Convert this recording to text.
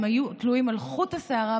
הם היו תלויים על חוט השערה,